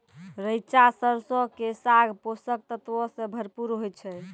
रैचा सरसो के साग पोषक तत्वो से भरपूर होय छै